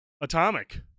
Atomic